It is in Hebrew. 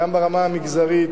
גם ברמה המגזרית,